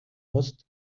musst